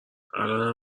الان